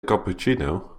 cappuccino